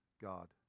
God